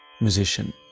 musician